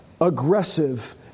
aggressive